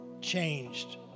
changed